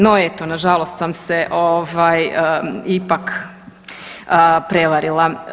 No eto, nažalost sam se ipak prevarila.